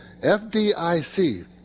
FDIC